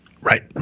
Right